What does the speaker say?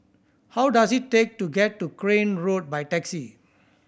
how does it take to get to Crane Road by taxi